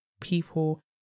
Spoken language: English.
people